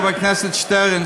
חבר הכנסת שטרן,